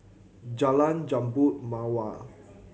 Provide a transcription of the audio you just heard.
Jalan Jambu Mawar